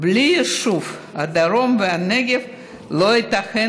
"בלי יישוב הדרום והנגב לא ייתכן